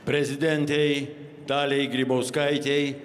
prezidentei daliai grybauskaitei